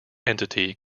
entity